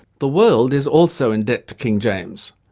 the world is also in debt to king james,